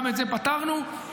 גם את זה פתרנו והתקדמנו,